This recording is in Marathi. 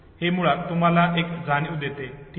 हे मुळात तुम्हाला एक जाणीव देते ठीक आहे